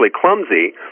clumsy